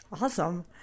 Awesome